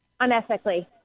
unethically